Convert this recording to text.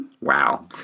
Wow